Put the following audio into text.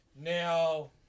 Now